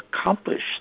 accomplished